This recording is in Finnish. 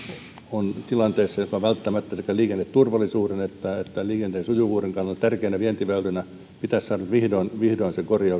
ovat tilanteessa että korjaus välttämättä sekä liikenneturvallisuuden että että liikenteen sujuvuuden kannalta tärkeinä vientiväylinä pitäisi saada vihdoin vihdoin